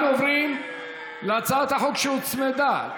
אנחנו עוברים להצעת החוק שהוצמדה,